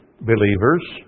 believers